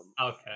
okay